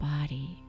body